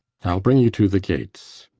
i'll bring you to the gates.